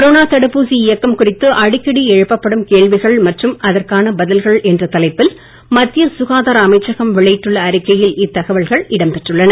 corona தடுப்பூசி இயக்கம் குறித்து அடிக்கடி எழுப்பப்படும் கேள்விகள் மற்றும் அதற்கான பதில்கள் என்ற தலைப்பில் மத்திய சுகாதார அமைச்சகம் வெளியிட்டுள்ள அறிக்கையில் இத்தகவல்கள் இடம் பெற்றுள்ளன